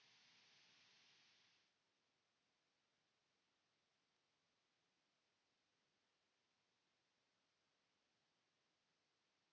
kiitos